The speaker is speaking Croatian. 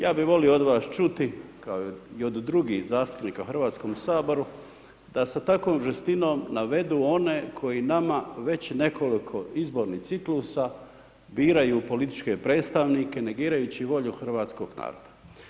Ja bi volio od vas čuti, kao i od drugih zastupnika u HS-u da sa takvom žestinom navedu one koji nama već nekoliko izbornih ciklusa biraju političke predstavnike negirajući volju hrvatskog naroda.